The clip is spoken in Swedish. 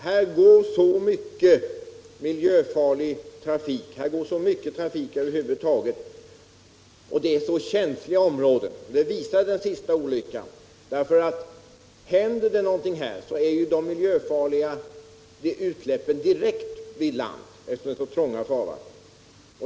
Det går väldigt mycket trafik i dessa leder — mycket av den med miljöfarlig last — och områdena är mycket känsliga, vilket den senaste olyckan visade. Händer det någonting i dessa vatten når de miljöfarliga utsläppen land direkt, eftersom farvattnen är mycket trånga.